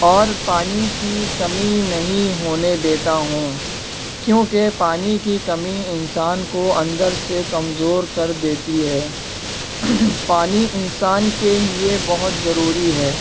اور پانی کی کمی نہیں ہونے دیتا ہوں کیونکہ پانی کی کمی انسان کو اندر سے کمزور کر دیتی ہے پانی انسان کے لیے بہت ضروری ہے